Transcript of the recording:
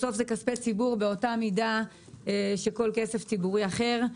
בסוף זה כספי ציבור כמו כל כסף ציבורי אחר.